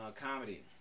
Comedy